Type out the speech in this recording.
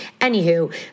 Anywho